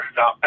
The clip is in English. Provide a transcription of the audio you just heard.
Now